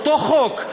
אותו חוק,